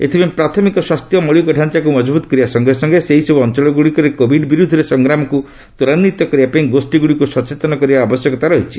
ଏଥିପାଇଁ ପ୍ରାଥମିକ ସ୍ୱାସ୍ଥ୍ୟ ମୌଳିକତାଞ୍ଚାକୁ ମଜବୁତ୍ କରିବା ସଙ୍ଗେ ସଙ୍ଗେ ସେହିସର୍ ଅଞ୍ଚଳଗୁଡ଼ିକରେ କୋଭିଡ୍ ବିରୋଧରେ ସଂଗ୍ରାମକୁ ତ୍ୱରାନ୍ୱିତ କରିବାପାଇଁ ଗୋଷ୍ଠୀଗୁଡ଼ିକୁ ସଚେତନ କରିବାର ଆବଶ୍ୟକତା ରହିଛି